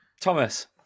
Thomas